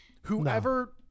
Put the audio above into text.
whoever